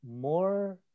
more